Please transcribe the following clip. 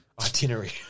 itinerary